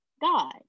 God